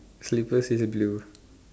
slippers is blue